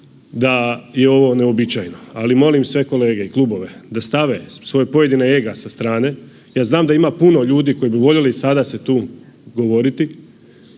da je ovo neuobičajeno, ali molim sve kolege, klubove, da stave svoje pojedine ega sa strane, ja znam da ima puno ljudi koji bi voljeli sada se tu govoriti,